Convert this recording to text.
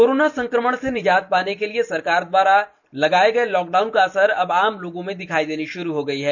corona संक्रमण से निजात पाने के लिए सरकार द्वारा लगाए गए लोकडाउन का असर अब आम लोगों में दिखाई देनी शुरू हो गई है